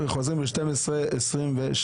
חוזרים ב-12:28.